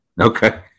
Okay